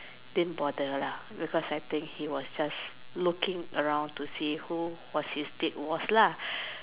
didn't bother lah because I think he was just looking around to see who is he date was lah